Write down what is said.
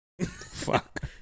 fuck